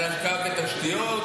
על השקעה בתשתיות,